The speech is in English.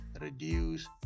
reduce